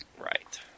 Right